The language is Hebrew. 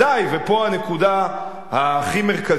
ופה הנקודה הכי מרכזית,